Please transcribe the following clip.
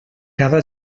cada